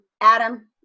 Adam